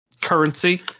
currency